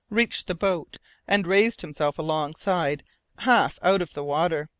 reached the boat and raised himself alongside half out of the water.